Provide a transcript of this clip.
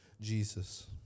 Jesus